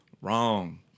Wrong